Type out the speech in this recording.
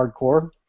Hardcore